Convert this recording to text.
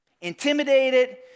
intimidated